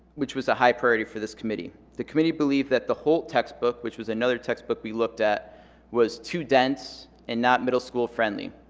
which was a high priority for this committee. the committee believed that the whole textbook which was another textbook we looked at was too dense and not middle-school friendly.